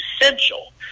essential